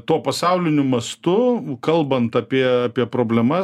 tuo pasauliniu mastu kalbant apie apie problemas